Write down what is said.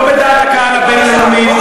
לא בדעת הקהל הבין-לאומית,